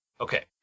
Okay